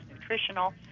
nutritional